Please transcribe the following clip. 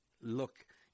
look